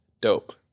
Dope